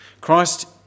Christ